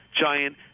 giant